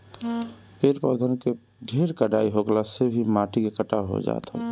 पेड़ पौधन के ढेर कटाई होखला से भी माटी के कटाव हो जात हवे